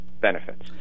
benefits